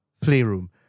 Playroom